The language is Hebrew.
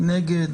מי נגד?